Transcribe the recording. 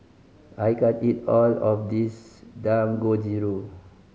I can't eat all of this Dangojiru